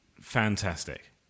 Fantastic